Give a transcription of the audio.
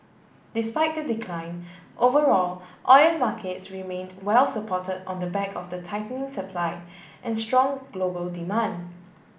despite the decline overall oil markets remained well supported on the back of the tightening supply and strong global demand